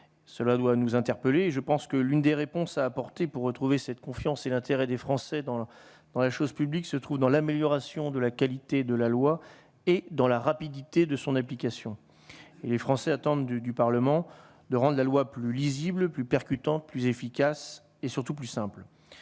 cela doit nous interpeller, je pense que l'une des réponses à apporter pour retrouver cette confiance et l'intérêt des Français dans dans la chose publique, se trouve dans l'amélioration de la qualité de la loi et dans la rapidité de son application et les Français attendent du Parlement de rendent la loi plus lisible, plus percutant, plus efficace et surtout plus simple